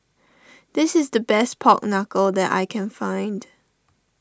this is the best Pork Knuckle that I can find